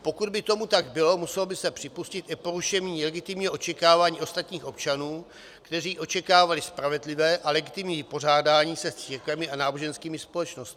Pokud by tomu tak bylo, muselo by se připustit i porušení legitimního očekávání ostatních občanů, kteří očekávali spravedlivé a legitimní vypořádání se s církvemi a náboženskými společnostmi.